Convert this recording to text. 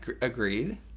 agreed